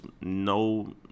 no